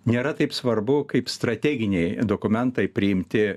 nėra taip svarbu kaip strateginiai dokumentai priimti